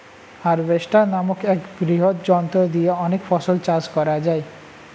harvester নামক এক বৃহৎ যন্ত্র দিয়ে অনেক ফসল চাষ করা যায়